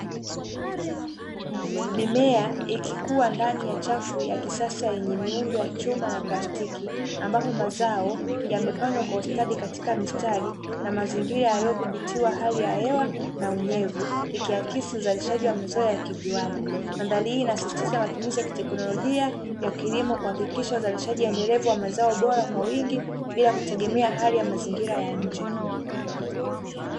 Mimea ikikua ndani ya safu zenye miundo ya chuma na plastiki, ambapo mazao yamepandwa kwa ustadi katika mstari na mazingira yaliyothibitiwa hali ya hewa na unyevu, ikiakisi uzalishaji wa mazao ya kiviwanda, mandhari hii inasisitiza matumizi ya kiteknolojia ya kilimo kuhakikisha uzalishaji endelevu wa mazao bora kwa wingi bila kutegemea hali ya mazingira ya nje.